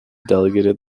delegated